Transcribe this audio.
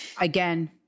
Again